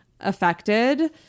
affected